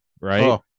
right